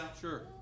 Sure